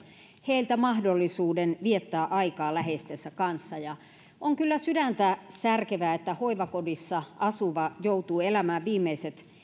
heiltä mahdollisuuden viettää aikaa läheistensä kanssa on kyllä sydäntä särkevää että hoivakodissa asuva joutuu elämään viimeiset